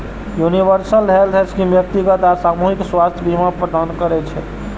universal health scheme व्यक्तिगत आ सामूहिक स्वास्थ्य बीमा प्रदान करै छै